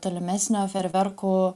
tolimesnio ferverkų